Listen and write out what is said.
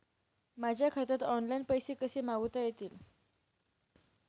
माझ्या खात्यात ऑनलाइन पैसे कसे मागवता येतील?